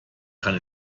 kann